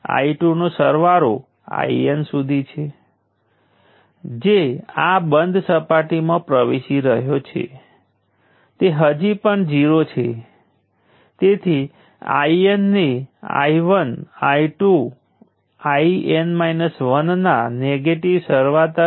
અને માત્ર આનંદ માટે હું કહી દઉં કે કરંટ 0 પહેલા 0 ની બરાબર છે અને તે નેગેટિવ જાય છે